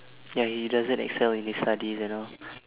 ya he doesn't excel in his study and all